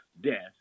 death